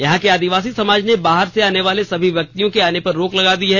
यहां के आदिवासी समाज ने बाहर से आने वाले सभी व्यक्तियों के आने पर रोक लगा दी है